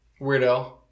weirdo